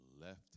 left